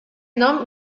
nom